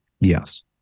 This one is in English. Yes